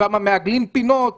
שם מעגלים פינות,